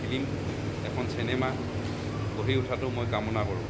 film এখন cinema গঢ়ি উঠাটো মই কামনা কৰোঁ